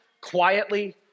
quietly